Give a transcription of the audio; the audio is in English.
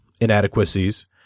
inadequacies